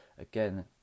again